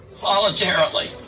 voluntarily